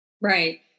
Right